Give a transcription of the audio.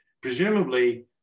presumably